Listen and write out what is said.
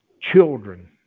children